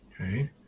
Okay